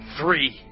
Three